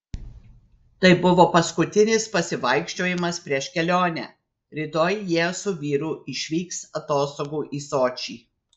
tai buvo paskutinis pasivaikščiojimas prieš kelionę rytoj jie su vyru išvyks atostogų į sočį